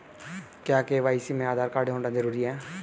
क्या के.वाई.सी में आधार कार्ड जरूरी है?